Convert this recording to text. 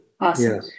Awesome